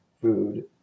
food